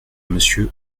monsieur